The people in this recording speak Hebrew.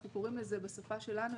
כפי שאנחנו קוראים לזה בשפה שלנו,